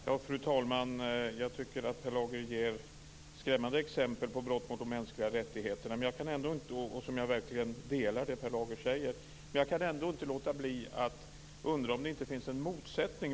Fru talman! Jag tycker att Per Lager ger skrämmande exempel på brott mot de mänskliga rättigheterna, och jag håller verkligen med om det som Per Lager säger. Men jag kan ändå inte låta bli att undra om det inte finns en motsättning.